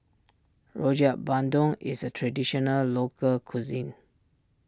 Rojak Bandung is a Traditional Local Cuisine